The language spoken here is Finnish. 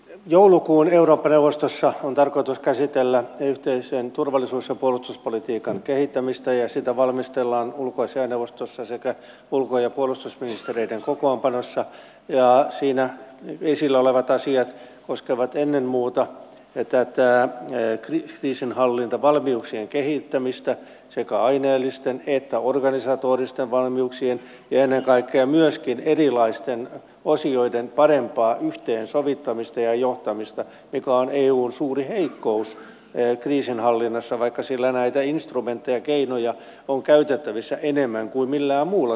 joulukuun eurooppa neuvostossa on tarkoitus käsitellä yhteisen turvallisuus ja puolustuspolitiikan kehittämistä ja sitä valmistellaan ulkoasiainneuvostossa sekä ulko ja puolustusministereiden kokoonpanossa ja siinä esillä olevat asiat koskevat ennen muuta kriisinhallintavalmiuksien kehittämistä sekä aineellisten että organisatoristen valmiuksien ja ennen kaikkea myöskin erilaisten osioiden parempaa yhteensovittamista ja johtamista joka on eun suuri heikkous kriisinhallinnassa vaikka sillä näitä instrumentteja keinoja on käytettävissä enemmän kuin millään muulla toimijalla